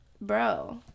bro